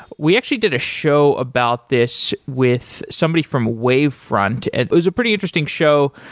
we actually did a show about this with somebody from wavefront. it was a pretty interesting show,